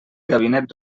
gabinet